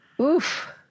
Oof